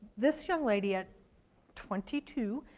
this young lady at twenty two,